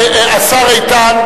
השר איתן,